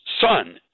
son